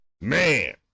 man